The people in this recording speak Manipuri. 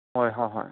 ꯍꯣꯏ ꯍꯣꯏ ꯍꯣꯏ